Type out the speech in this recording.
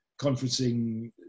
conferencing